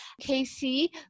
Casey